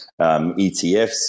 ETFs